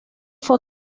fue